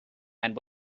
and